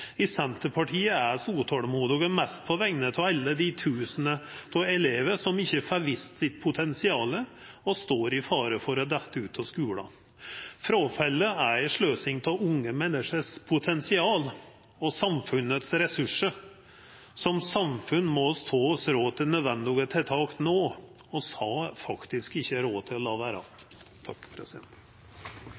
I Senterpartiet er vi utålmodige, mest på vegner av alle dei tusenar av elevar som ikkje får vist potensialet sitt og står i fare for å detta ut av skulen. Fråfallet er ei sløsing av unge menneskes potensial og samfunnets ressursar. Som samfunn må vi ta oss råd til nødvendige tiltak no. Vi har faktisk ikkje råd til å la vera.